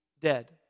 dead